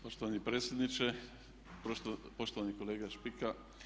Poštovani predsjedniče, poštovani kolega Špika.